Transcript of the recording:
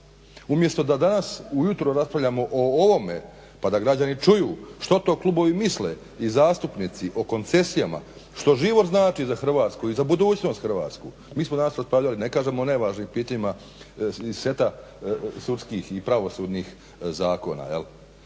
Umjesto da danas ujutro raspravljamo o ovome pa da građani čuju što to klubovi misle i zastupnici i koncesijama što život znači za Hrvatsku i za budućnost Hrvatsku mi smo danas raspravljali ne kažem o nevažnim pitanjima iz seta sudskih i pravosudnih zakona.